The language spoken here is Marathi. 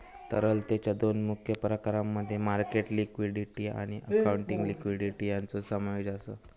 तरलतेच्या दोन मुख्य प्रकारांमध्ये मार्केट लिक्विडिटी आणि अकाउंटिंग लिक्विडिटी यांचो समावेश आसा